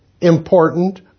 important